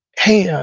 hey, yeah